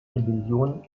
million